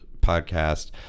podcast